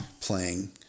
playing